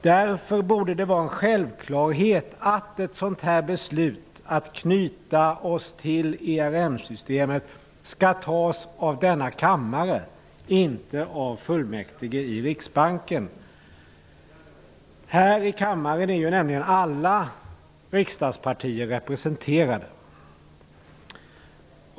Därför borde det vara en självklarhet att ett sådant här beslut om en knytning till ERM-systemet skall fattas av denna kammare, inte av fullmäktige i Riksbanken. Här i kammaren är ju alla riksdagspartier representerade.